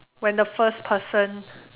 when the first person